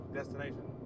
destination